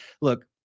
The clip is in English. Look